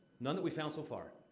none that we've found so far.